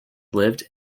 lived